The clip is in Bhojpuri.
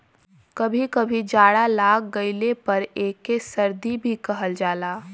कभी कभी जाड़ा लाग गइले पर एके सर्दी भी कहल जाला